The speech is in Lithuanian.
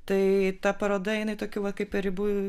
tai ta paroda jinai tokių vat kaip ir ribų